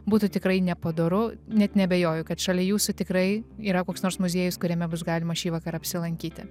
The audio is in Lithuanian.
būtų tikrai nepadoru net neabejoju kad šalia jūsų tikrai yra koks nors muziejus kuriame bus galima šįvakar apsilankyti